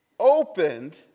opened